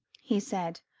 he said,